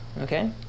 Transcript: okay